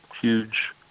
huge